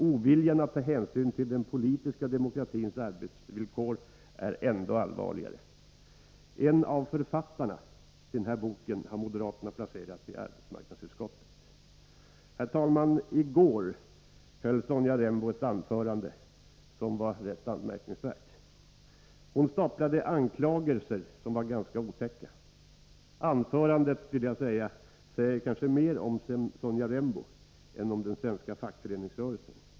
Oviljan att ta hänsyn till den politiska demokratins arbetsvillkor är ändå allvarligare. En av författarna till den här boken har moderaterna placerat i arbetsmarknadsutskottet. Fru talman! I går höll Sonja Rembo ett anförande som var rätt anmärkningsvärt. Hon förde fram anklagelser som var ganska otäcka. Anförandet säger kanske mer om Sonja Rembo än om den svenska fackföreningsrörelsen.